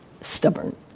stubborn